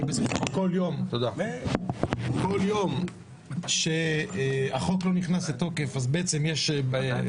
כי כל יום שהחוק לא נכנס לתוקף, אז בעצם יש בעיה.